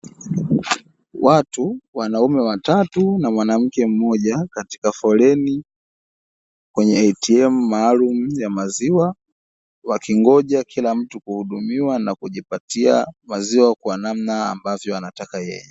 Watu wanaume watatu na mwanamke mmoja katika foleni kwenye "ATM" maalumu ya maziwa, wakingoja kila mtu kuhudumiwa na kujipatia maziwa kwa namna ambavyo anataka yeye.